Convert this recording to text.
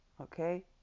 okay